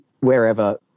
wherever